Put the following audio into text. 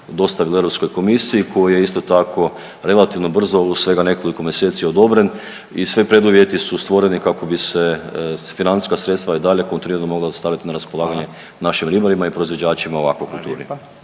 dostavilo EU komisiji koje, isto tako, relativno brzo, u svega nekoliko mjeseci odobren i sve preduvjeti su stvoreni kako bi se financijska sredstva i dalje .../Govornik se ne razumije./... mogla staviti na raspolaganje našim ribarima i proizvođačima i akvakulturi.